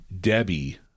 Debbie